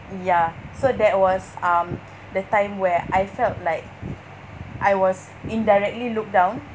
ya so that was um the time where I felt like I was indirectly looked down